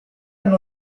new